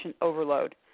overload